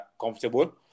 comfortable